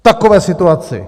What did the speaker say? V takové situaci!